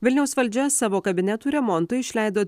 vilniaus valdžia savo kabinetų remontui išleido